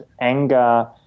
anger